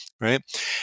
Right